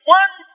one